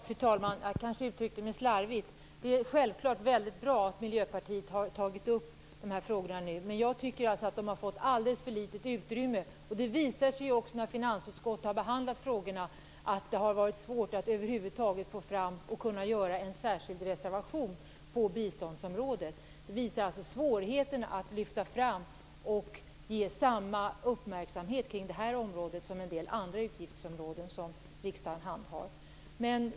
Fru talman! Jag kanske uttryckte mig slarvigt. Det är självfallet väldigt bra att Miljöpartiet har tagit upp frågorna. Men jag tycker att de har fått alldeles för litet utrymme. Det visade sig också när finansutskottet behandlade frågorna att det var svårt att över huvud taget få fram och kunna göra en särskild reservation på biståndsområdet. Detta visar svårigheterna att lyfta fram och ge samma uppmärksamhet kring detta område som kring en del andra utgiftsområden som riksdagen handhar.